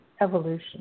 evolution